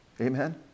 amen